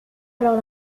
alors